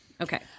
Okay